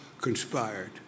conspired